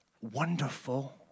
wonderful